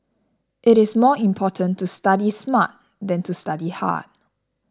it is more important to study smart than to study hard